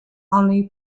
only